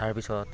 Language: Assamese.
তাৰপিছত